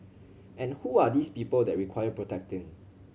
and who are these people that require protecting